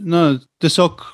na tiesiog